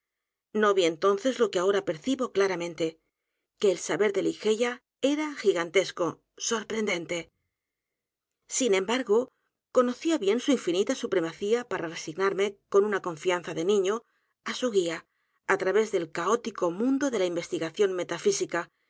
no vi entonces lo que ahora percibo claramente que el saber de ligeia edgar poe novelas y cuentos e r a gigantesco s o r p r e n d e n t e sin embargo conocía bien su infinita supremacía para r e s i g n a r m e con una confianza de niño á su guía á través del caótico mundo de la investigación metafísica